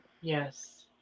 Yes